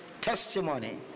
testimony